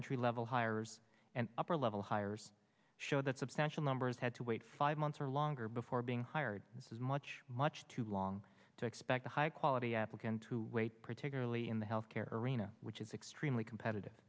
entry level hires and upper level hires show that substantial numbers had to wait five months or longer before being hired this is much much too long to expect a high quality applicant to wait particularly in the health care arena which is extremely competitive